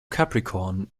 capricorn